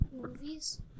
movies